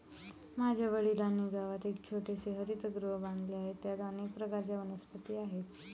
माझ्या वडिलांनी गावात एक छोटेसे हरितगृह बांधले आहे, त्यात अनेक प्रकारच्या वनस्पती आहेत